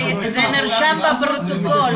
זה נרשם בפרוטוקול.